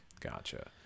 Gotcha